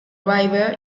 river